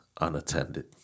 unattended